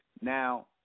Now